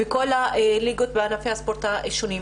וכל הליגות בענפי הספורט השונים.